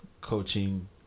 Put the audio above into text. coaching